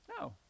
No